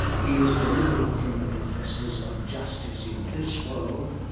he is delivered from the professors of justice in this world,